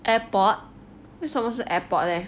airport 为什么是 airport leh